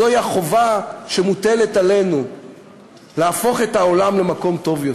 זוהי החובה שמוטלת עלינו להפוך את העולם למקום טוב יותר.